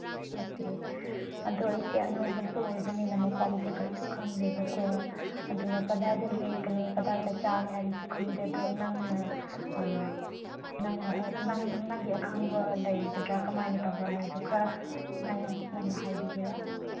okay ꯑꯗꯨ ꯑꯩꯁꯦ ꯑꯅꯧꯕꯁꯨ ꯑꯣꯏꯕꯅꯤꯅ ꯃꯐꯝꯁꯤ ꯀꯔꯤꯁꯨ ꯈꯪꯗꯦꯕꯀꯣ ꯑꯗꯨꯒ ꯀꯗꯥꯏꯗ ꯂꯦꯛꯀꯅꯤ ꯀꯗꯥꯏꯗ ꯆꯥꯅꯤ ꯍꯥꯏꯕꯗꯨ ꯈꯪꯗꯦ ꯑꯗꯨ ꯅꯪꯅ ꯅꯪꯒꯤ ꯑꯈꯪꯕ ꯂꯩꯒꯗ꯭ꯔꯥ ꯀꯃꯥꯏꯅ ꯇꯧꯕ꯭ꯔꯥ ꯍꯥꯏꯁꯨ ꯈꯔ ꯅꯪꯅ ꯍꯥꯏꯕꯤꯒꯦꯔꯥ